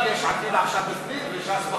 רק יש עתיד עכשיו בפנים וש"ס בחוץ,